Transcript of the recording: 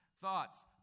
thoughts